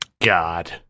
God